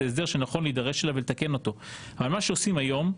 הסדר שנכון להידרש אליו ולתקן אותו אבל מה שעושים היום זה